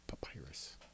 Papyrus